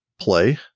play